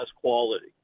quality